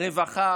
רווחה,